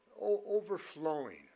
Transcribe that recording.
overflowing